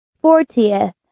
Fortieth